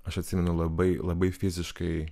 aš atsimenu labai labai fiziškai